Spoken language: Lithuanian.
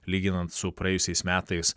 lyginant su praėjusiais metais